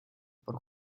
por